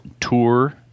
tour